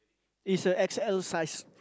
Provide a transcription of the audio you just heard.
is a x_l size